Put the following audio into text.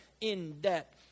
in-debt